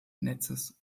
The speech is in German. netzes